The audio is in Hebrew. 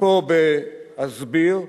ופה אסביר.